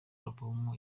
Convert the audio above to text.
album